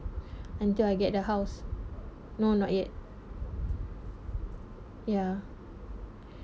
until I get the house no not yet ya